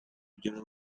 rugero